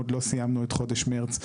ועוד לא סיימנו את חודש מרץ,